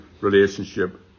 relationship